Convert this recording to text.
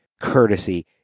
courtesy